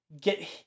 get